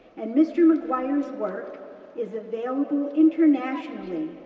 and mr. maguire's work is available internationally,